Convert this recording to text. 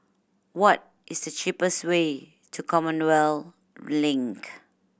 what is the cheapest way to Commonwealth Link